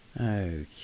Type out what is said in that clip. Okay